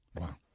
Wow